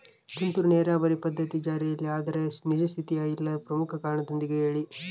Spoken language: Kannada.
ತುಂತುರು ನೇರಾವರಿ ಪದ್ಧತಿ ಜಾರಿಯಲ್ಲಿದೆ ಆದರೆ ನಿಜ ಸ್ಥಿತಿಯಾಗ ಇಲ್ಲ ಪ್ರಮುಖ ಕಾರಣದೊಂದಿಗೆ ಹೇಳ್ರಿ?